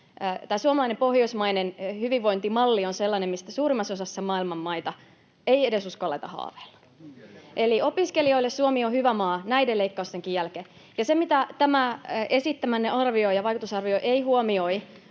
suomalainen pohjoismainen hyvinvointimalli on sellainen, mistä suurimmassa osassa maailman maita ei edes uskalleta haaveilla. [Aki Lindén: Tämä on sosiaalidemokraattinen valtio!] Eli opiskelijoille Suomi on hyvä maa näiden leikkaustenkin jälkeen. Ja se, mitä tämä esittämänne arvio ja vaikutusarvio ei huomioi,